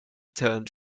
turned